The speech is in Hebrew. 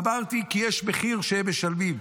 אמרתי: כי יש מחיר שהם משלמים.